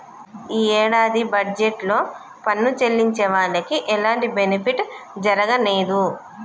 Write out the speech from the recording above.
యీ యేడాది బడ్జెట్ లో పన్ను చెల్లించే వాళ్లకి ఎలాంటి బెనిఫిట్ జరగనేదు